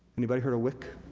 anybody heard of wic?